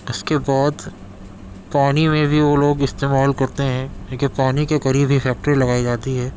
اس کے بعد پانی میں بھی وہ لوگ استعمال کرتے ہیں کیونکہ پانی کے قریب ہی فیکٹری لگائی جاتی ہے